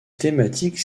thématiques